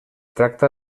tracta